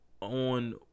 on